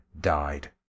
died